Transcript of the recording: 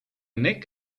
neck